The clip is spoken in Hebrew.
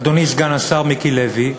אדוני סגן השר מיקי לוי,